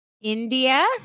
India